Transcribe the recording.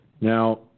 Now